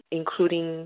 including